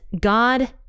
God